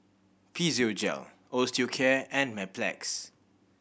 Physiogel Osteocare and Mepilex